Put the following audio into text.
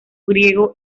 griego